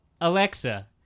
Alexa